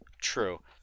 True